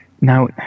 Now